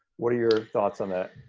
what are your thoughts on that?